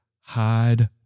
Hide